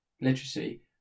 literacy